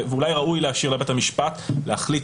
ואולי ראוי להשאיר לבית המשפט להחליט